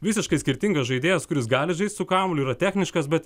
visiškai skirtingas žaidėjas kuris gali žaist su kamuoliu yra techniškas bet